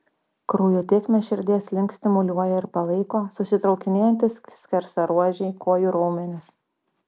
kraujo tėkmę širdies link stimuliuoja ir palaiko susitraukinėjantys skersaruožiai kojų raumenys